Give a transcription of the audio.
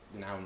now